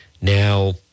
Now